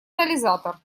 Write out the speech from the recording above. анализатор